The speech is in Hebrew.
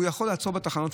הוא יכול לעצור בתחנות,